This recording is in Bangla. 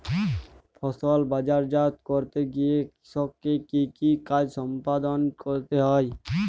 ফসল বাজারজাত করতে গিয়ে কৃষককে কি কি কাজ সম্পাদন করতে হয়?